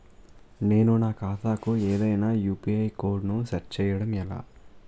నేను నా ఖాతా కు ఏదైనా యు.పి.ఐ కోడ్ ను సెట్ చేయడం ఎలా?